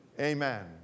Amen